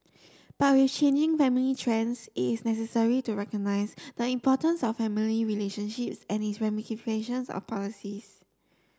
but with changing family trends it's necessary to recognise the importance of family relationships and its on policies